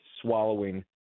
swallowing